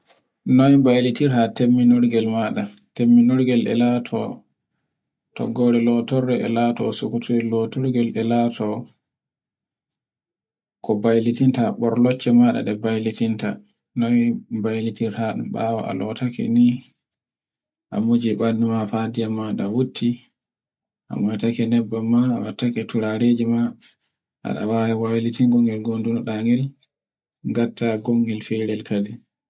noy baylitirta temmminorgel maɗa, temminorgel e lato, toggorde lotonde e lato ko baylitinta borlocce maɗa, noy mbaylitirta bawo a lotake ni, awuji banduma gafiya maɗa wutti, a wattake nebban ma, wattake turareji ma, ngatta gongolr ferel kadin